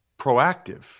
proactive